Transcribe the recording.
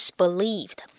believed